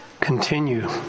Continue